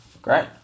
Great